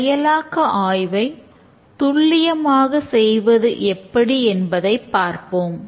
செயலாக்க ஆய்வை துல்லியமாக செய்வது எப்படி என்பதை பார்ப்போம்